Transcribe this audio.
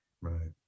right